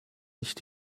nicht